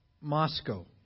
Moscow